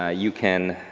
ah you can,